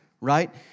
right